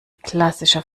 klassischer